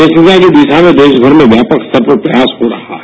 स्वच्छता की दिशा में देशभर में व्यापक स्तर पर प्रयास हो रहा है